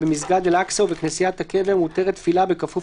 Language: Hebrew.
במסגד אלאקצה ובכנסיית הקבר מותרת תפילה בכפוף